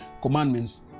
commandments